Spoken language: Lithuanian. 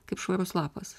kaip švarus lapas